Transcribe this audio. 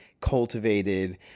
cultivated